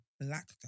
black